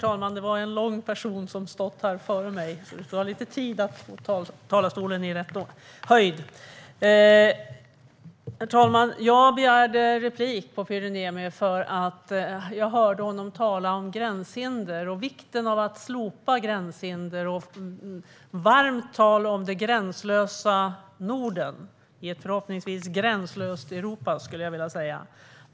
Herr talman! Jag begärde replik för att jag hörde Pyry Niemi tala om gränshinder och vikten av att slopa gränshinder, och jag hörde varmt tal om det gränslösa Norden - i ett förhoppningsvis gränslöst Europa, skulle jag vilja säga.